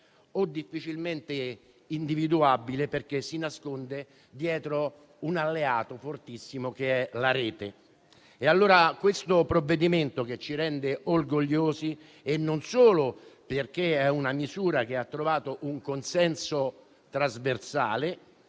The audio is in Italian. o difficilmente individuabile perché si nasconde dietro un alleato fortissimo che è la rete. Questo provvedimento ci rende orgogliosi non solo perché è una misura che ha trovato un consenso trasversale,